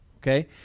okay